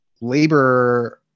labor